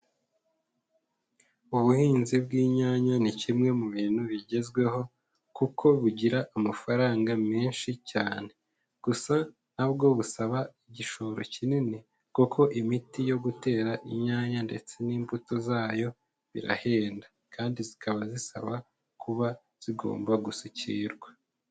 Ubuhinzi bw'inyanya ni kimwe mu bintu bigezweho kuko bugira amafaranga menshi cyane, gusa na bwo busaba igishoro kinini kuko imiti yo gutera inyanya ndetse n'imbuto zayo birahenda kandi zikaba zisaba kuba zigomba gusukirwa.